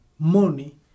Money